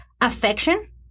affection